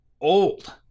old